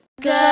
Good